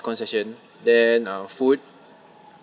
concession then uh food